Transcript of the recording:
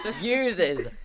uses